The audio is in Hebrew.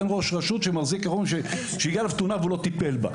אין ראש רשות שהגיעה אליו תלונה והוא לא טיפל בה.